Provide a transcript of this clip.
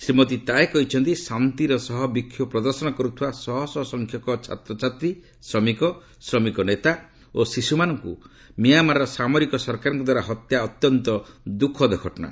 ଶ୍ରୀମତୀ ତାଏ କହିଛନ୍ତି ଶାନ୍ତିର ସହ ବିକ୍ଷୋଭ ପ୍ରଦର୍ଶନ କରୁଥିବା ଶହ ଶହ ସଂଖ୍ୟକ ଛାତ୍ରଛାତ୍ରୀ ଶ୍ରମିକ ଶ୍ରମିକ ନେତା ଓ ଶିଶୁମାନଙ୍କୁ ମ୍ୟାମାର୍ର ସାମରିକ ସରକାରଙ୍କ ଦ୍ୱାରା ହତ୍ୟା ଅତ୍ୟନ୍ତ ଦୁଃଖଦ ଘଟଣା